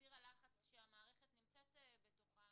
בסיר הלחץ שהמערכת נמצאת בתוכו,